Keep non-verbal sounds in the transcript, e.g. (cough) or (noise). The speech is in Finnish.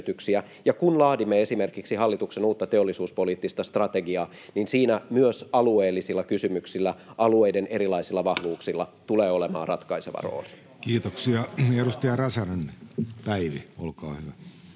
kun laadimme esimerkiksi hallituksen uutta teollisuuspoliittista strategiaa, niin siinä myös alueellisilla kysymyksillä, alueiden erilaisilla vahvuuksilla, (noise) tulee olemaan ratkaiseva rooli. Kiitoksia. — Edustaja Räsänen, Päivi, olkaa hyvä.